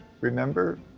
remember